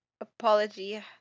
apology